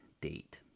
date